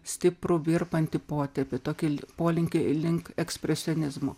stiprų virpantį potėpį tokį polinkį link ekspresionizmo